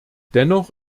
dennoch